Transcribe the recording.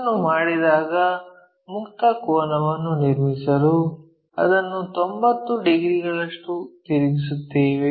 ಇದನ್ನು ಮಾಡಿದಾಗ ಮುಕ್ತ ಕೋನವನ್ನು ನಿರ್ಮಿಸಲು ಅದನ್ನು 90 ಡಿಗ್ರಿಗಳಷ್ಟು ತಿರುಗಿಸುತ್ತೇವೆ